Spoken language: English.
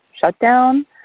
shutdown